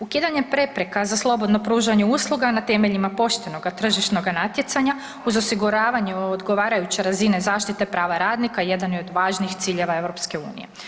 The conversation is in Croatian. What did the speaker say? Ukidanje prepreka za slobodno pružanje usluga na temeljima poštenog tržišnoga natjecanja uz osiguravanje odgovarajuće razine zaštite prava radnika jedan je od važnijih ciljeva EU.